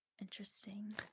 Interesting